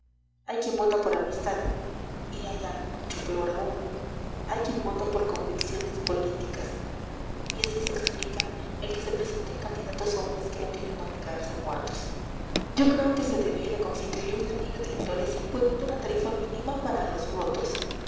hay quien vota por amistad y hay algo mucho peor aún hay quien vota por convicciones políticas y así se explica el que se presenten candidatos hombres que no tienen donde caerse muertos yo creo que se debiera constituir una liga de electores imponiendo una tarifa mínima para los votos